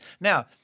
Now